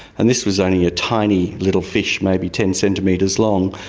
and this was only a tiny little fish, maybe ten centimetres long.